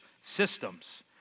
systems